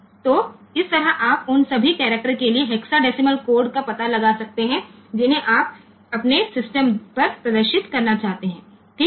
તેથી આ રીતે આપણે બધા કેરેક્ટર માટે હેક્સાડેસિમલ કોડ્સ શોધી શકીએ છીએ જેને આપણે આપણી સિસ્ટમ પર ડિસ્પ્લેય કરવાં માંગીએ છીએ બરાબર